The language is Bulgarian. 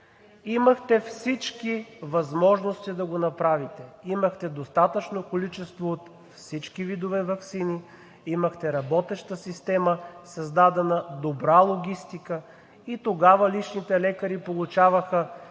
Имахте всички възможности да го направите. Имахте достатъчно количество от всички видове ваксини. Имахте работеща система, създадена, добра логистика. И тогава личните лекари получаваха